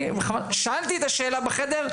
שאלתי את השאלה בחדר,